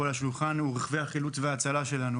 על השולחן רכבי החילוץ וההצלה שלנו.